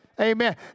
Amen